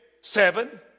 seven